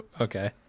Okay